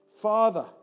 Father